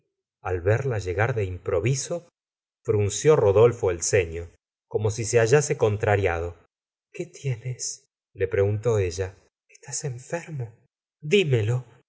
al verla llegar de improviso frunció rodolfo el cefio como si se hallase contrariado qué tienes le preguntó ella estás enfermo dímelo